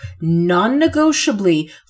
non-negotiably